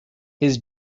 his